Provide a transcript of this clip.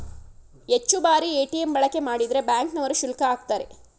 ಹೆಚ್ಚು ಬಾರಿ ಎ.ಟಿ.ಎಂ ಬಳಕೆ ಮಾಡಿದ್ರೆ ಬ್ಯಾಂಕ್ ನವರು ಶುಲ್ಕ ಆಕ್ತರೆ